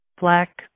black